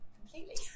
completely